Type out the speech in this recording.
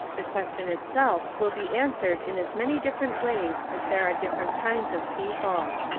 the question itself will be answered in as many different ways as there are different kinds of people.